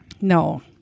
No